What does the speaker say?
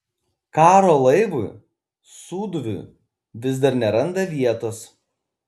karo laivui sūduviui vis dar neranda vietos